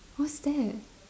what's that